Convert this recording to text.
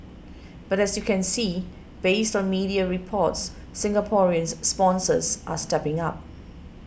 but as you see based on media reports Singaporean sponsors are stepping up